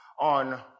on